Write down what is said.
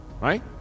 Right